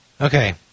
Okay